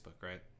right